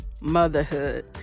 Motherhood